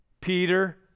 Peter